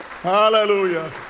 Hallelujah